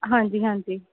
ਹਾਂਜੀ ਹਾਂਜੀ